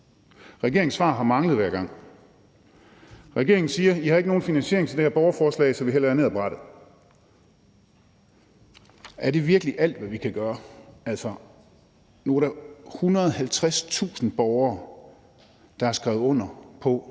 Regeringens svar har manglet hver gang. Regeringen siger: I har ikke nogen finansiering til det her borgerforslag, så vi hælder jer ned ad brættet. Er det virkelig alt, hvad vi kan gøre? Altså, nu er der 150.000 borgere, der har skrevet under på,